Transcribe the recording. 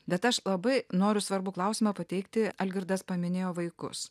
bet aš labai noriu svarbų klausimą pateikti algirdas paminėjo vaikus